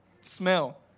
Smell